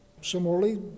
Similarly